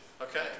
Okay